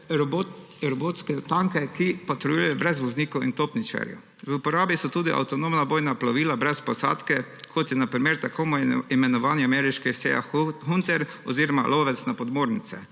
robotske tanke, ki patruljirajo brez voznikov in topničarjev. V uporabi so tudi avtonomna bojna plovila brez posadke, kot je na primer tako imenovani ameriški sea hunter oziroma lovec na podmornice.